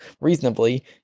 reasonably